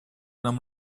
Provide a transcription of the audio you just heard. нам